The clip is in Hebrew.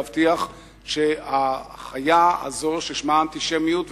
להבטיח שהחיה הזאת ששמה אנטישמיות,